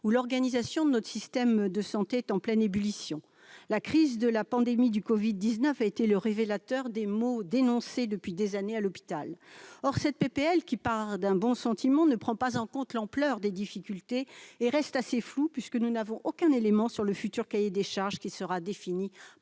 : l'organisation de notre système de santé est en pleine ébullition. La crise née de la pandémie du Covid-19 a été le révélateur des maux dénoncés depuis des années à l'hôpital. Ce texte, qui part d'un bon sentiment, ne prend pas en compte l'ampleur des difficultés et reste assez flou, puisque nous n'avons aucun élément sur le futur cahier des charges, qui sera défini